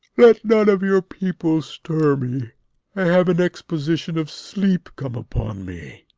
let none of your people stir me i have an exposition of sleep come upon me.